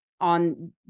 on